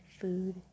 food